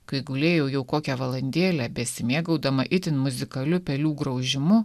kai gulėjau jau kokią valandėlę besimėgaudama itin muzikaliu pelių graužimu